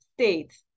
state